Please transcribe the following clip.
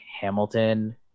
Hamilton